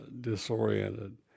disoriented